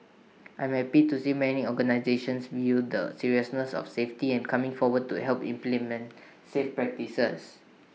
I am happy to see many organisations view the seriousness of safety and coming forward to help implement safe practices